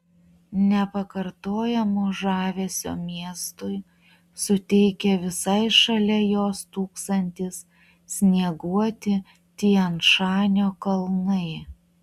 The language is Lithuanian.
nepakartojamo žavesio miestui suteikia visai šalia jo stūksantys snieguoti tian šanio kalnai